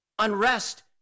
Unrest